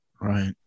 Right